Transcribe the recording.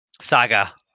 saga